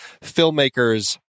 filmmakers